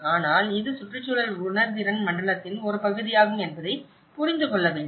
ஆனால் இது சுற்றுச்சூழல் உணர்திறன் மண்டலத்தின் ஒரு பகுதியாகும் என்பதை புரிந்து கொள்ள வேண்டும்